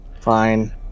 Fine